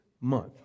month